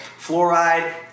fluoride